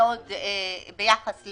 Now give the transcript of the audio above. אמרת שצריך פרויקטים סגורים?